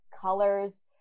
colors